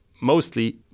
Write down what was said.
mostly